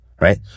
Right